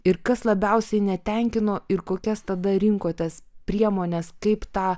ir kas labiausiai netenkino ir kokias tada rinkotės priemones kaip tą